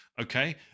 okay